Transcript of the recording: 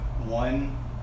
one